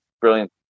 brilliant